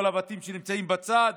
כל הבתים שנמצאים בצד.